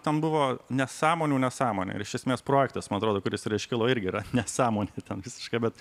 ten buvo nesąmonių nesąmonė ir iš esmės projektas man atrodo kuris ir iškilo irgi yra nesąmonė tem visiška bet